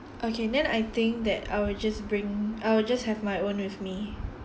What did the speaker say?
okay then I think that I will just bring I will just have my own with me